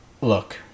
Look